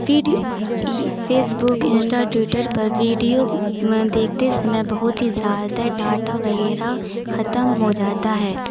فی ٹی Facebook insta Twitter پر ویڈیو میں دیکھتے سمے بہت ہی زیادہ ڈاٹا وغیرہ ختم ہو جاتا ہے